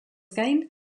gain